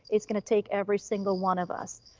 it's gonna take every single one of us.